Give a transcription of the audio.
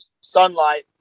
sunlight